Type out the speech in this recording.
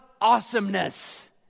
awesomeness